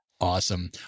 Awesome